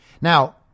Now